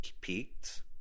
peaked